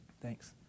thanks